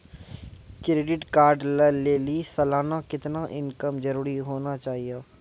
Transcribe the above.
Credit card लय लेली सालाना कितना इनकम जरूरी होना चहियों?